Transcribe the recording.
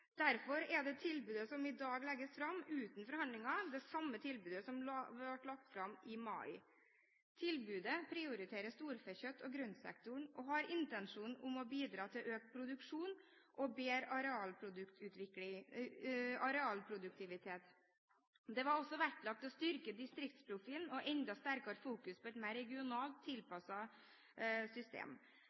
Derfor er det tilbudet som i dag legges fram, uten forhandlinger, det samme tilbudet som ble lagt fram i mai. Tilbudet prioriterer storfekjøtt og grøntsektoren og har intensjon om å bidra til økt produksjon og bedre arealproduktivitet. Det var også vektlagt å styrke distriktsprofilen, og det var enda sterkere fokus på et mer regionalt tilpasset system.